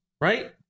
right